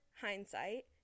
hindsight